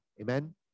Amen